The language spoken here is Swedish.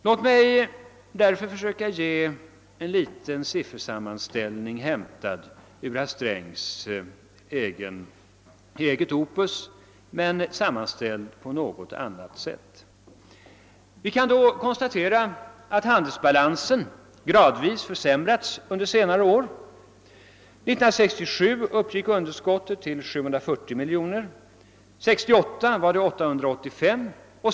Låt mig därför här försöka återge en siffersammanställning, hämta ur herr Strängs eget opus men sammanställd på ett något annat sätt. Vi kan konstatera att handelsbalansen under senare år försämrats gradvis. År 1967 uppgick underskottet till 740 miljoner och 1968 till 885 miljoner.